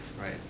right